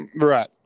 Right